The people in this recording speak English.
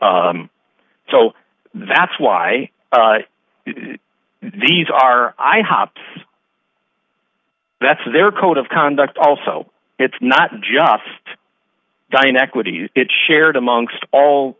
so that's why these are i hopped that's their code of conduct also it's not just dying equities it's shared amongst all